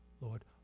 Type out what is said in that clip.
Lord